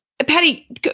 Patty